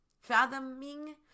Fathoming